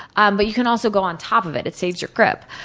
um but, you can also go on top of it, it saves your grip.